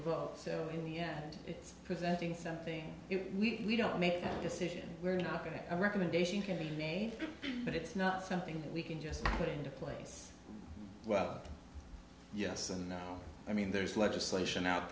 out in the end it's presenting something if we don't make a decision we're not going to a recommendation can be made but it's not something we can just put into place well yes and no i mean there's legislation out